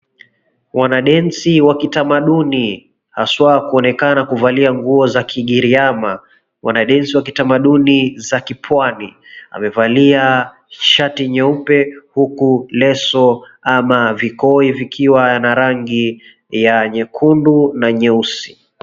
Wanadensi wa kitamaduni, haswa kuonekana kuvalia nguo za kigriama. Wanadensi wa kitamaduni za kipwani wamevalia shati nyeupe huku leso ama vikoi vikiwa na rangi ya nyekundu na nyeusi.